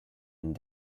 and